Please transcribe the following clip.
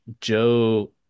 Joe